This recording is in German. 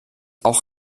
auch